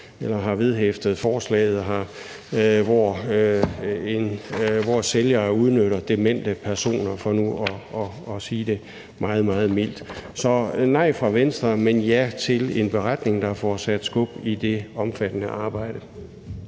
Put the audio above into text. har vedhæftet forslaget, hvor sælger udnytter demente personer, for nu at sige det meget, meget mildt. Så nej fra Venstre, men ja til en beretning, der får sat skub i det omfattende arbejde.